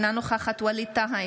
אינה נוכחת ווליד טאהא,